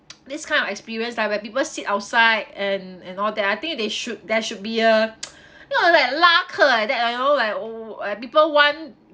this kind of experience ah where people sit outside and and all that I think they should they should be uh you know like 拉客 like that ah you know like oh uh people want